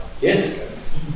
Yes